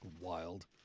Wild